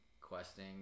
questing